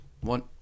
one